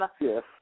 Yes